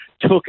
took